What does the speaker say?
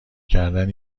کردن